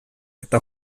eta